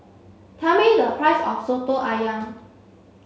tell me the price of Soto Ayam